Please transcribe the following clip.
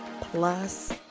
Plus